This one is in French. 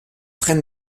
train